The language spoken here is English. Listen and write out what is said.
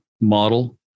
model